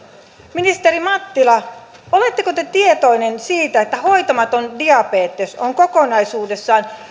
ministeri mattila oletteko te tietoinen siitä että hoitamaton diabetes on kokonaisuudessaan